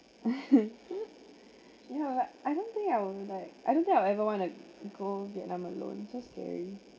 you know what I don't think I was like I don't think I'll ever want to go vietnam alone so scary